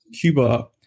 Cuba